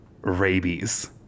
rabies